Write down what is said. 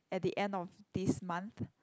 at the end of this month